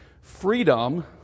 Freedom